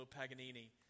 Paganini